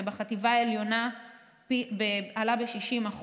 ובחטיבה העליונה עלה ב-60%,